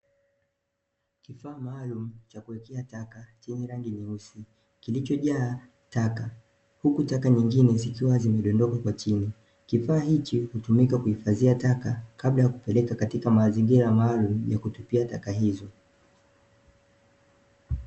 Kifaa maalumu cha kuwekea taka chenye rangi nyeusi, kilicho jaa taka huku taka zingine zikiwa zimedondoka kwa chini. Kifaa hiki, hutumika kuhifadhia taka kabla ya kupeleka katika mazingira maalumu ya kutupia taka hizo.